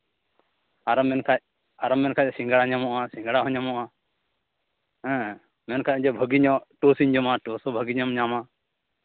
ᱟᱨᱮᱢ ᱢᱮᱱᱠᱷᱟᱱ ᱟᱨᱚᱢ ᱢᱮᱱᱠᱷᱟᱱ ᱥᱤᱸᱜᱟᱲᱟ ᱧᱟᱢᱚᱜᱼᱟ ᱥᱤᱸᱜᱟᱲᱟ ᱦᱚᱸ ᱧᱟᱢᱚᱜᱼᱟ ᱦᱮᱸ ᱢᱮᱱᱠᱷᱟᱱ ᱫᱚ ᱵᱷᱟᱹᱜᱤ ᱧᱚᱜ ᱴᱳᱥᱴ ᱤᱧ ᱡᱚᱢᱟ ᱴᱳᱥᱴ ᱦᱚᱸ ᱵᱷᱟᱹᱜᱤ ᱧᱚᱜ ᱮᱢ ᱧᱟᱢᱟ